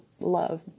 love